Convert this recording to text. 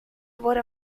wurde